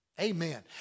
Amen